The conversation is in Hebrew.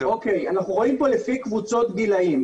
פה לפי קבוצות גילאים,